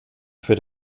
für